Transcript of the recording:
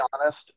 honest